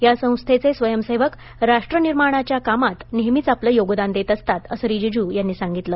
या संस्थेचे स्वयंसेवक राष्ट्रनिर्माणाच्या कामात नेहमीच आपलं योगदान देत असतात असं रिजिजू यांनी सांगितलं